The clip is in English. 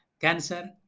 cancer